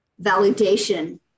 validation